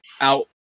out